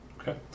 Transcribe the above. Okay